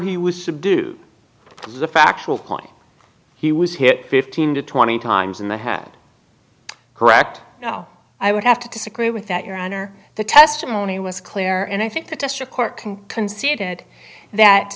he was subdued to the factual point he was hit fifteen to twenty times in the hand correct now i would have to disagree with that your honor the testimony was clear and i think the district court conceded that